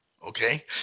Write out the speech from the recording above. Okay